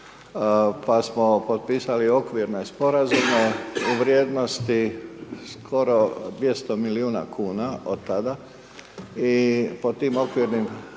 pa samo potpisali okvirne sporazume u vrijednosti skoro 200 milijuna kuna, od tada i po tim okvirnim